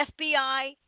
FBI